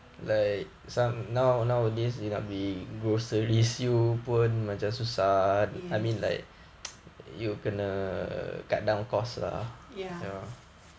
yes ya